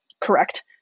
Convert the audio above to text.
correct